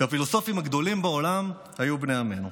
והפילוסופים הגדולים בעולם היו בני עמנו.